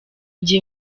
gihe